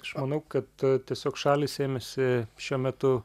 aš manau kad tiesiog šalys ėmėsi šiuo metu